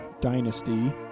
Dynasty